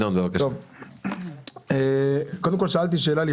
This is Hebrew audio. שאלתי קודם שאלה,